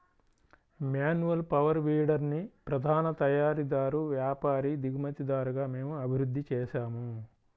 manual power వీడర్ని ప్రధాన తయారీదారు, వ్యాపారి, దిగుమతిదారుగా మేము అభివృద్ధి చేసాము